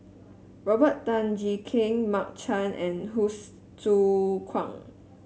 Robert Tan Jee Keng Mark Chan and Hsu Tse Kwang